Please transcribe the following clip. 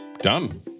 Done